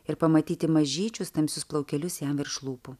ir pamatyti mažyčius tamsius plaukelius jam virš lūpų